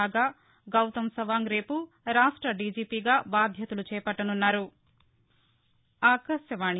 కాగా గౌతమ్ సవాంగ్ రేపు రాష్ట డిజిపిగా బాధ్యతలు చేపట్టనున్నారు